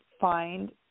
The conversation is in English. find